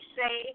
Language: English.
say